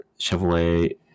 Chevrolet